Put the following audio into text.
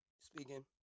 Speaking